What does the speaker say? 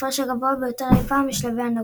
ההפרש הגבוה ביותר אי פעם בשלבי הנוק-אאוט.